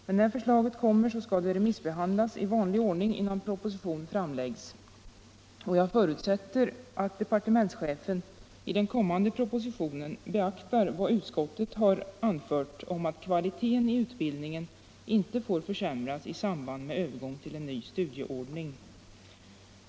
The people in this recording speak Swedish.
Men när förslaget kommer skall det remissbehandlas i vanlig ordning innan en proposition framläggs. Jag förutsätter att departementschefen i den kommande propositionen beaktar vad utskottet anfört om att kvaliteten på utbildningen inte får försämras i samband med övergången till en ny studieordning.